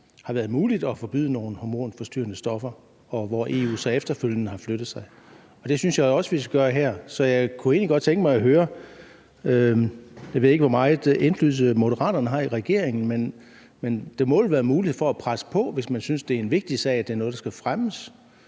har været muligt at forbyde nogle hormonforstyrrende stoffer, og hvor EU så efterfølgende har flyttet sig. Det synes jeg også vi skal gøre her. Så jeg kunne egentlig godt tænke mig at høre om noget. Jeg ved ikke, hvor meget indflydelse Moderaterne har i regeringen, men det må vel være muligt at presse på, hvis man synes, det er en vigtig sag, og at det er noget, der skal fremmes.